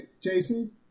Jason